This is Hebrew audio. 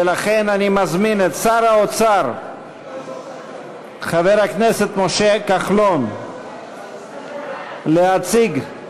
ולכן אני מזמין את שר האוצר חבר הכנסת משה כחלון להציג את